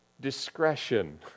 discretion